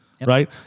right